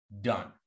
done